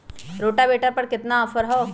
Rotavator पर केतना offer हव?